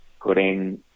putting